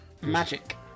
Magic